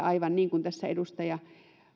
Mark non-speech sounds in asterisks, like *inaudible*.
*unintelligible* aivan niin kuin tässä edustaja